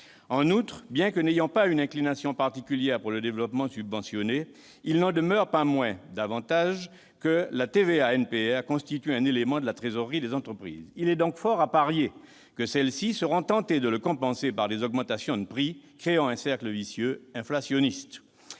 En outre, bien que n'ayant pas une inclination particulière pour le développement subventionné, il n'en demeure pas moins que la TVA-NPR constitue un élément de la trésorerie des entreprises. Il y a donc fort à parier que celles-ci seront tentées de compenser sa suppression par des augmentations de prix, créant un autre cercle vicieux inflationniste.